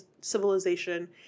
civilization